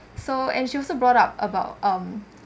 so and she also brought up about um